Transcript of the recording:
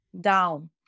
down